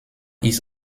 ist